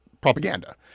propaganda